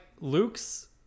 Luke's